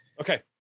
okay